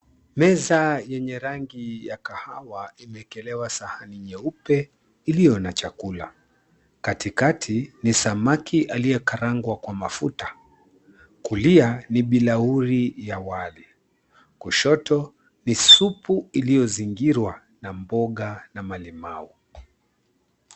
Meza yenye rangi ya kahawa imeekelewa sahani nyeupe iliyo na chakula. Katikati ni samaki aliyekarangwa kwa mafuta, kulia ni bilauri ya wali, kushoto ni supu iliyozingirwa na mboga na malimau.